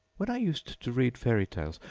when i used to read fairy-tales,